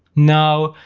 now,